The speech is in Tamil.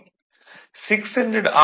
600 ஆர்